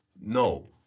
no